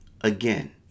again